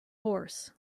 horse